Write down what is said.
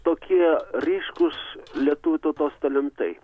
tokie ryškūs lietuvių tautos talentai